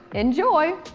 enjoy.